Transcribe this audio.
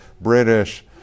British